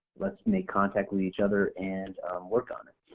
let's make contact with each other and work on it.